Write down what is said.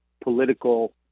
political